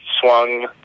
swung